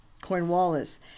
Cornwallis